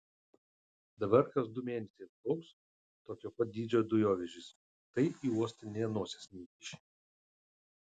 dabar kas du mėnesiai atplauks tokio pat dydžio dujovežis tai į uostą nė nosies neįkiši